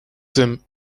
tym